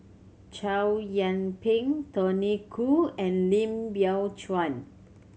Chow Yian Ping Tony Khoo and Lim Biow Chuan